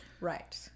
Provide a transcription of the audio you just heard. Right